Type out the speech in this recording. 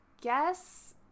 guess